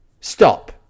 stop